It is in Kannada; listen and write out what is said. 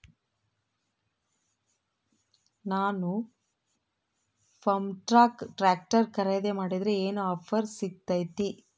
ನಾನು ಫರ್ಮ್ಟ್ರಾಕ್ ಟ್ರಾಕ್ಟರ್ ಖರೇದಿ ಮಾಡಿದ್ರೆ ಏನು ಆಫರ್ ಸಿಗ್ತೈತಿ?